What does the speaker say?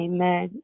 Amen